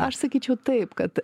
aš sakyčiau taip kad